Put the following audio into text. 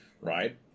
right